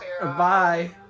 bye